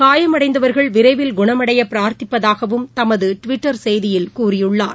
காயமடைந்தவர்கள் விரைவில் குணமடைய பிரார்த்திப்பதாக தமது டுவிட்டர் செய்தியில் கூறியுள்ளார்